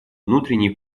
внутренней